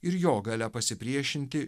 ir jo galia pasipriešinti